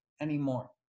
anymore